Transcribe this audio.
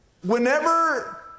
whenever